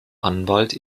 anwalt